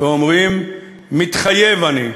ואומרים "מתחייב אני",